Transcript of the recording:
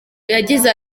yagize